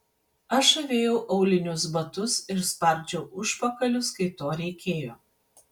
aš avėjau aulinius batus ir spardžiau užpakalius kai to reikėjo